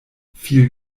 viel